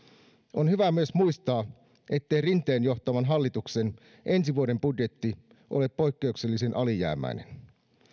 on hyvä myös muistaa ettei rinteen johtaman hallituksen ensi vuoden budjetti ole poikkeuksellisen alijäämäinen